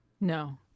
No